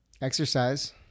Exercise